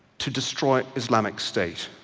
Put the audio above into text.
to destroy islamic state.